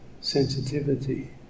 sensitivity